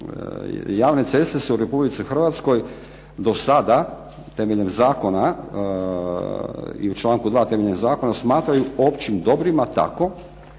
javne ceste su u Republici Hrvatskoj do sada temeljem zakona i u članku 2. temeljem zakona smatraju općim dobrima tako